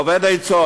אובד עצות.